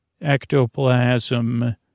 ectoplasm